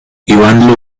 ivan